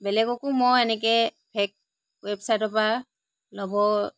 বেলেগকো মই এনেকৈ ফেক ৱেবচাইটৰ পৰা ল'ব